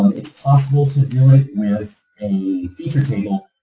it's possible to do it with a feature table.